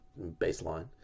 baseline